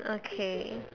okay